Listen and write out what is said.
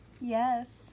Yes